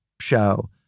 show